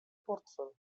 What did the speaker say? portfel